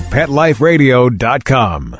PetLifeRadio.com